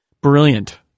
Brilliant